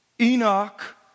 Enoch